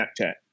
Snapchat